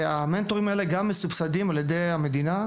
והמנטורים האלה גם מסובסדים על ידי המדינה.